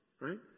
right